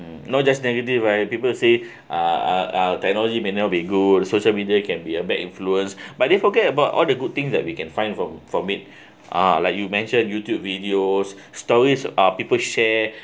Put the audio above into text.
mm no just negative right people say uh uh uh technology may not be good social media can be a bad influence but they forget about all the good things that we can find from from it ha like you mentioned youtube videos stories uh people share